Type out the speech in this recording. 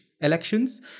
elections